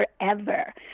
forever